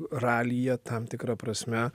ralyje tam tikra prasme